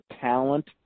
talent